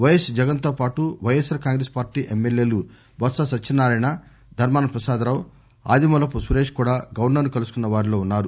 పైఎస్ జగన్తో పాటు YSR Congress party ఎమ్మెల్యేలు బొత్స సత్యనారాయణ ధర్మాన ప్రసాదరావు ఆదిమూలపు సురేష్ కూడా గవర్నర్ను కలుసుకున్న వారిలో ఉన్నారు